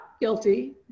guilty